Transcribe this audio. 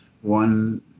one